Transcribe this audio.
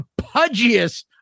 pudgiest